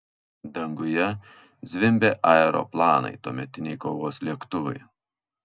danguje zvimbė aeroplanai tuometiniai kovos lėktuvai